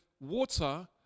water